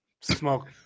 Smoke